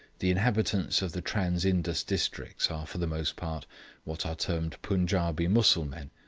the inhabitants of the trans-indus districts are for the most part what are termed punjaubee mussulmen,